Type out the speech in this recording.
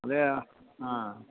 അതേ ആ